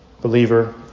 Believer